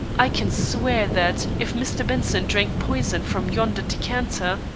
i can swear that if mr. benson drank poison from yonder decanter,